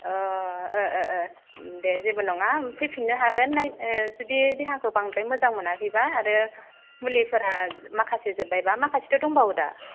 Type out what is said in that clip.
अ ओ ओ ओ दे जेबो नङा फैफिननो हागोन नायनो जुदि देहाखौ बांद्राय मोजां मोनाखैब्ला आरो मुलिफोरा माखासे जोब्बायब्ला माखासेथ' दंबावो दा